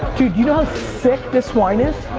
you know sick this wine is?